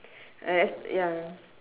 and that's ya